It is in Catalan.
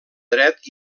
dret